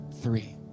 three